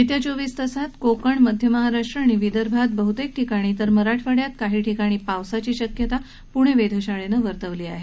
येत्या चोवीस तासांत कोकण मध्य महाराष्ट्र आणि विदर्भात बहतेक ठिकाणी तर मराठवाड्यात काही ठिकाणी पावसाची शक्यता पृणे वेधशाळेनं वर्तवली आहे